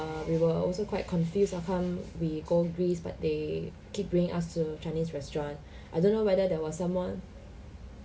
err we were also quite confused how come we go greece but they keep bringing us to chinese restaurant I don't know whether there was someone